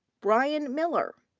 bryan miller.